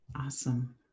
Awesome